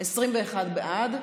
21 בעד.